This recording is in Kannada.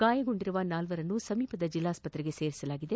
ಗಾಯಗೊಂಡಿರುವ ನಾಲ್ವರನ್ನು ಸಮೀಪದ ಜಿಲ್ಲಾಸ್ತತೆಗೆ ಸೇರಿಸಲಾಗಿದೆ